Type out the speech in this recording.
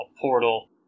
portal